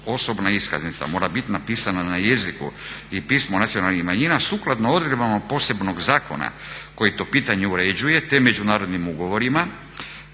osobna iskaznica mora bit napisana na jeziku i pismu nacionalnih manjina sukladno odredbama posebnog zakona koji to pitanje uređuje, te međunarodnim ugovorima